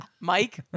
Mike